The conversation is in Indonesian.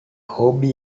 hobi